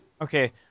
Okay